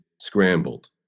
scrambled